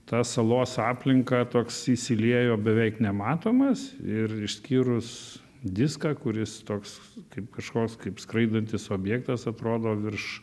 tą salos aplinką toks įsiliejo beveik nematomas ir išskyrus diską kuris toks kaip kažkoks kaip skraidantis objektas atrodo virš